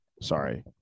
Sorry